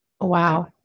wow